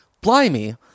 Blimey